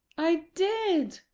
i did,